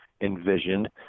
envisioned